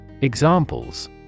Examples